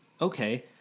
Okay